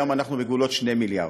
והיום אנחנו בגבולות 2 מיליארד.